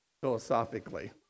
philosophically